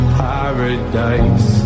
paradise